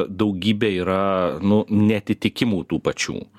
daugybė yra nu neatitikimų tų pačių